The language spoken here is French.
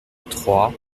trois